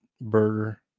burger